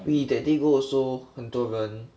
we that day go also 很多人